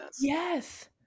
Yes